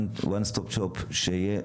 "one stop shop" שיהיה,